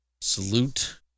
Salute